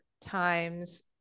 times